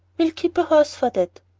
we'll keep a horse for that.